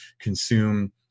consume